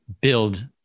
build